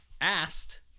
Asked